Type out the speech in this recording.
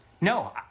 No